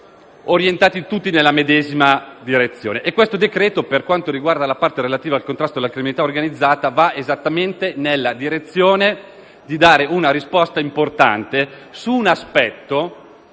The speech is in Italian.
bene, tutti orientati nella medesima direzione.